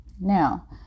now